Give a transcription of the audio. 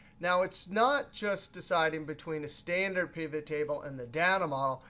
now, it's not just deciding between a standard pivottable and the data model.